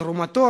תרומתו